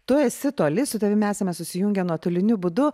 tu esi toli su tavimi esame susijungę nuotoliniu būdu